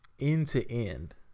end-to-end